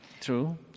True